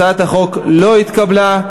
הצעת החוק לא התקבלה.